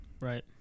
right